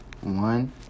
One